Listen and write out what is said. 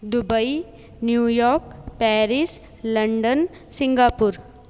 Dubai New York Paris London Singapore